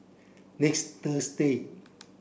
next Thursday